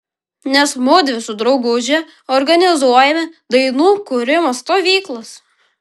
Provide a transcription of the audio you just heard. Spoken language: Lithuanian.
nes mudvi su drauguže organizuojame dainų kūrimo stovyklas